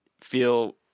feel